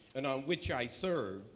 and on which i served,